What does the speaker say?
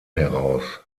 heraus